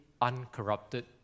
uncorrupted